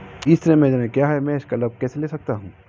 ई श्रम योजना क्या है मैं इसका लाभ कैसे ले सकता हूँ?